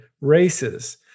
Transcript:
races